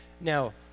Now